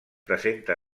presenta